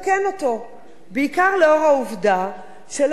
בעיקר לאור העובדה שלאורך השנים,